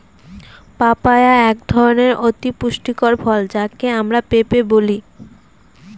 papaya একধরনের অতি পুষ্টিকর ফল যাকে আমরা পেঁপে বলি